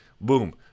Boom